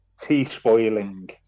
tea-spoiling